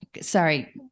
sorry